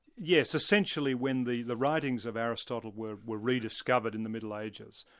yes, essentially when the the writings of aristotle were were rediscovered in the middle ages,